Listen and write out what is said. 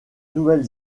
nouvelle